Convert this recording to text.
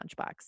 lunchbox